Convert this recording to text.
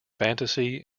fantasy